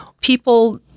people